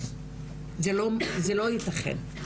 זה לא יתכן,